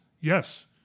yes